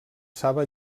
saba